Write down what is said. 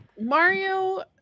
mario